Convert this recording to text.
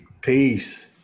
Peace